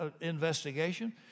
investigation